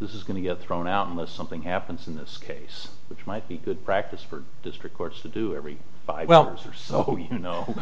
this is going to get thrown out unless something happens in this case which might be good practice for district courts to do every by well wishers you know